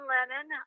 Lennon